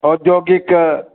औद्योगिक